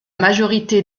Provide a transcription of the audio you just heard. majorité